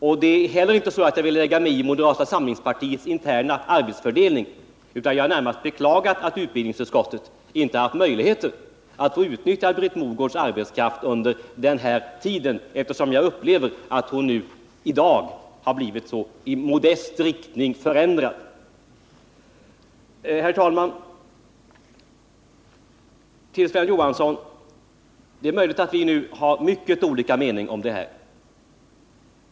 Och det är inte heller så att jag vill lägga mig i moderata samlingspartiets interna arbetsfördelning, utan jag har närmast beklagat att utbildningsutskottet inte haft möjligheter att utnyttja Britt Mogårds arbetskraft under denna tid, eftersom jag upplever att hon nu i dag har blivit så i modest riktning förändrad. Herr talman! Till Sven Johansson: Det är möjligt att vi har mycket olika meningar.